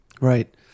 Right